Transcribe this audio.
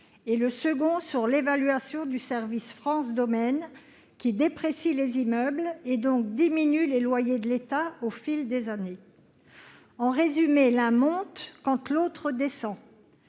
et le second à l'évaluation du service France Domaine, qui déprécie les immeubles et, donc, diminue les loyers de l'État au fil des années. En résumé, l'un monte quand l'autre descend.